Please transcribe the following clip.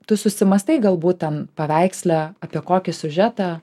tu susimąstai galbūt tam paveiksle apie kokį siužetą